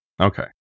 Okay